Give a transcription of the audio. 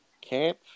camp